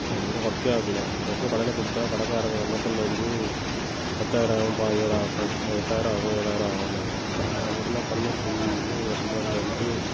அதுக்கப்பறம் ஒர்க்கே ஆகல அப்புறம் கொண்டு போய் கடையில கொடுத்தா கடைக்காரவங்க லோக்கலில் வந்து பத்தாயிரம் ஆவும் பயஞ்சாயிரம் பத் எட்டாயிரம் ஆகும் ஏழாயிரம் ஆகுன்னாங்க நான் அப்புறம் என்ன பண்ணேன் சரி என்ன இவ்வளோ சொல்லுறாங்களேன்ட்டு